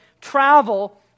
travel